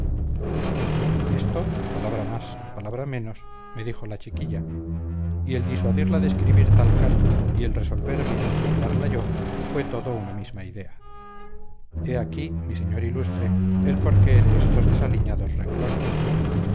esto palabra más palabra menos me dijo la chiquilla y el disuadirla de escribir tal carta y el resolverme a endilgarla yo fue todo una misma idea he aquí mi señor ilustre el por qué de estos desaliñados renglones